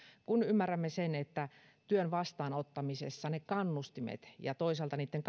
kun ymmärrämme sen että työn vastaanottamisessa ne kannustimet ja toisaalta niitten